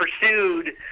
pursued